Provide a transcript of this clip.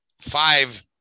five